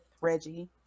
Reggie